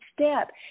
step